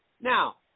Now –